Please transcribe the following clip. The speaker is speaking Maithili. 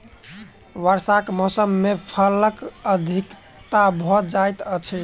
वर्षाक मौसम मे फलक अधिकता भ जाइत अछि